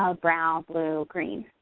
ah brown, blue, green.